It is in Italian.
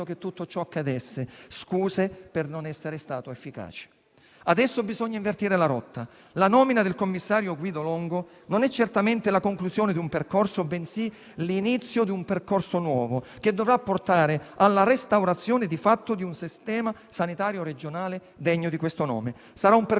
che tutto ciò accadesse; scuse per non essere stata efficace. Adesso bisogna invertire la rotta. La nomina del commissario Guido Longo non è certamente la conclusione bensì l'inizio di un percorso nuovo, che dovrà portare alla restaurazione di fatto di un sistema sanitario regionale degno di questo nome. Sarà un percorso